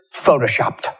photoshopped